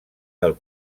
del